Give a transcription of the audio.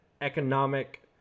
economic